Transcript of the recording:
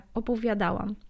opowiadałam